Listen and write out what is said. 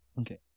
Okay